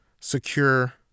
secure